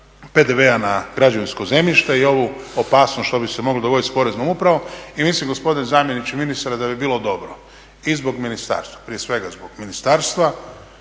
PDV-a na građevinsko zemljište i ovu opasnost što bi se moglo dogoditi s Poreznom upravom. I mislim gospodine zamjeniče ministra da bi bilo dobro i zbog ministarstva prije svega zbog ministarstva,